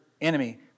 enemy